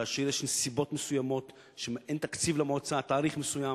כאשר יש נסיבות מסוימות שאין תקציב למועצה עד תאריך מסוים,